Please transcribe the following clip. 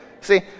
See